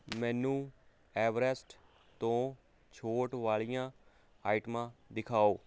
ਮੈਨੂੰ ਐਵਰੈਸਟ ਤੋਂ ਛੋਟ ਵਾਲੀਆਂ ਆਈਟਮਾਂ ਦਿਖਾਓ